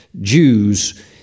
Jews